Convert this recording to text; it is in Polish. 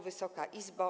Wysoka Izbo!